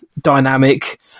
dynamic